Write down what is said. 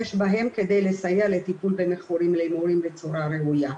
יש בהם כדי לסייע לטיפול במכורים להימורים בצורה ראויה,